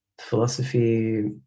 Philosophy